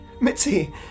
Mitzi